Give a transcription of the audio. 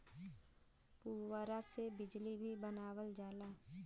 पुवरा से बिजली भी बनावल जाला